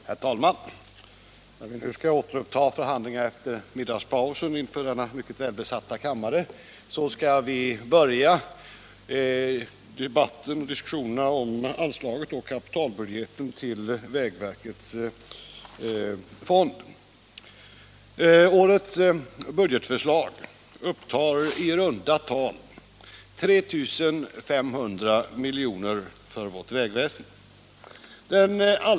Herr talman! När vi nu, inför denna mycket välbesatta kammare, återupptar förhandlingarna efter middagspausen skall vi börja med en diskussion om vägverkets kapitalbudget och anslaget till dess förrådsfond. Årets budgetförslag upptar i runda tal 3 500 milj.kr. för vårt vägväsende.